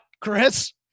Chris